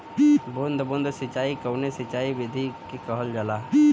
बूंद बूंद सिंचाई कवने सिंचाई विधि के कहल जाला?